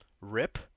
Rip